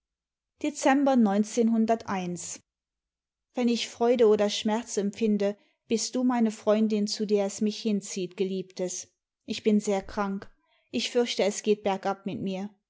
wenn ich freude oder schmerz empfinde bist du meine freundin zu der es mich hinzieht geliebtes ich bin sehr krank ich fürchte es geht bergab mit mir